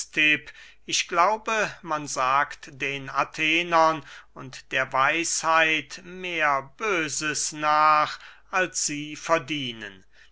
ich glaube man sagt den athenern und der weisheit mehr böses nach als sie verdienen